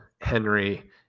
Henry